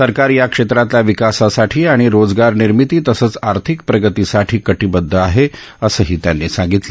सरकार या क्षेत्रातल्या विकासासाठी आणि रोजगार निर्मिती तसचं आर्थिक प्रगतीसाठी कटीबद्ध आहे असंही त्यांनी सांगितलं